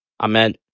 Amen